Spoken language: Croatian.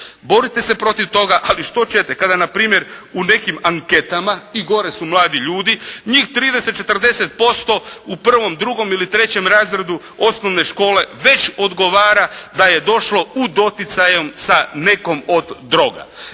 Borite se protiv toga, ali što ćete kada npr. u nekim anketama i gore su mladi ljudi, njih 30, 405 u prvom, drugom ili trećem razredu osnovne škole već odgovara da je došlo u doticaje sa nekom od droga